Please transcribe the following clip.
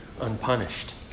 unpunished